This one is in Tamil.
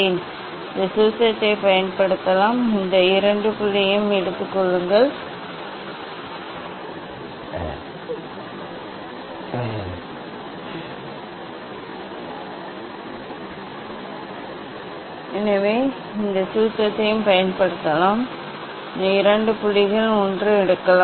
நீங்கள் இந்த டெல் மு மற்றும் டெல் லாம்ப்டாவை எடுத்துக் கொள்ளுங்கள் இந்த வழியில் நீங்கள் ஒரு சராசரி அலைநீளத்திற்கு ஒரு சிதறல் சக்தி ஒமேகாவைக் கண்டுபிடிப்பீர்கள் நான் mu 2 minus mu 1 ஐ mu minus 2 ஆல் வகுத்தேன் இந்த சூத்திரத்தையும் பயன்படுத்தலாம் இந்த இரண்டு புள்ளியை எடுத்துக் கொள்ளுங்கள் இரண்டு புள்ளிகள் ஒன்று எடுக்கலாம்